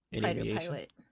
pilot